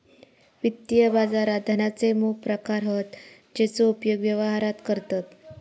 वित्तीय बाजारात धनाचे मोप प्रकार हत जेचो उपयोग व्यवहारात करतत